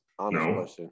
No